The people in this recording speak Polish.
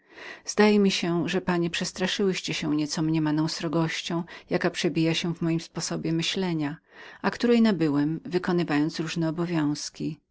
zdaje mi się że panie przestraszyłyście się nieco mniemaną srogością jaka przebija się w moim sposobie myślenia a której nabyłem wykonywając różne obowiązki